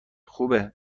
خوبه